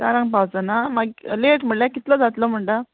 चारांक पावचो ना मागी लेट म्हळ्यार कितलो जातलो म्हणटा